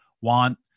want